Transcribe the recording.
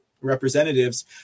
representatives